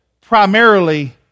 primarily